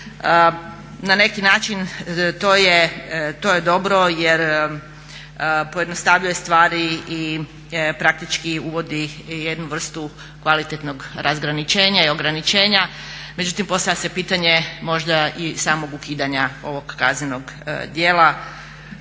Na neki način to je dobro jer pojednostavljuje stvari i praktički uvodi jednu vrstu kvalitetnog razgraničenja i ograničenja, međutim postavlja se pitanje možda i samog ukidanja ovog kaznenog djela.